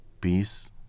peace